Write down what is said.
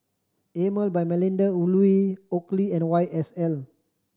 Emel by Melinda Looi Oakley and Y S L